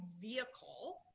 vehicle